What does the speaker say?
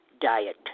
diet